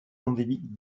endémique